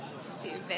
Stupid